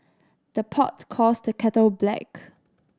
the pot calls the kettle black